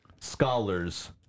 scholars